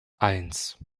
eins